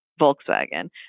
Volkswagen